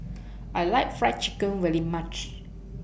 I like Fried Chicken very much